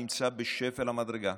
נמצא בשפל המדרגה,